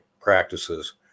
practices